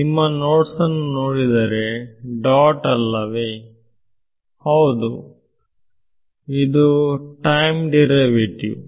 ನಿಮ್ಮ ನೋಟ್ಸನ್ನು ನೋಡಿದರೆಡಾಟ್ ಅಲ್ಲವೇ ಹೌದು ಅದು ಟೈಮ್ ಡಿರೈವೇಟಿವ್